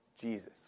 Jesus